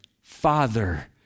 Father